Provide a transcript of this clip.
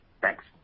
Thanks